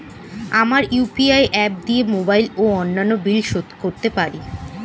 আমরা UPI app দিয়ে mobile ও অন্যান্য বিল শোধ করতে পারি